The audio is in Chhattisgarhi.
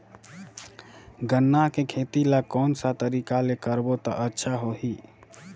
गन्ना के खेती ला कोन सा तरीका ले करबो त अच्छा होही?